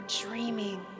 dreaming